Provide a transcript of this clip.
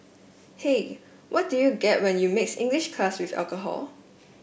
hey what do you get when you mix English class with alcohol